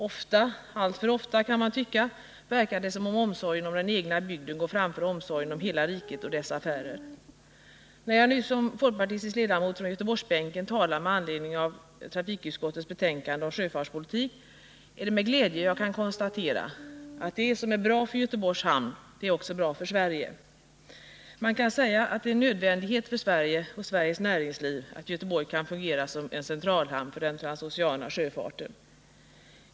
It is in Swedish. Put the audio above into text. Ofta — alltför ofta, kan man tycka — verkar det som om omsorgen om den egna bygden går framför omsorgen om hela riket och dess affärer. När jag nu som folkpartistisk ledamot från Göteborgsbänken talar med anledning av trafikutskottets betänkande om sjöfartspolitik, är det med glädje jag kan konstatera att det som är bra för Göteborgs hamn också är bra för Sverige. Man kan säga att det är en nödvändighet för Sverige och Sveriges näringsliv att Göteborg kan fungera som en centralhamn för den transoceana sjöfarten.